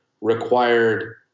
required